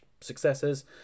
successors